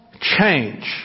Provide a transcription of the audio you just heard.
Change